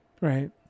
Right